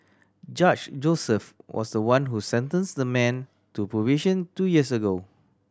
Judge Joseph was the one who sentenced the man to probation two years ago